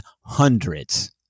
hundreds